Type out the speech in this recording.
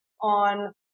on